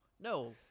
no